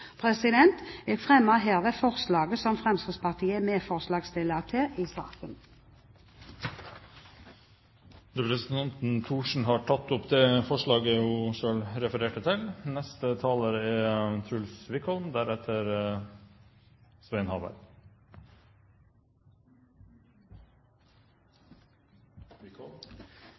Jeg fremmer herved forslagene som Fremskrittspartiet er medforslagsstiller til i saken. Representanten Bente Thorsen har tatt opp de forslagene hun refererte til.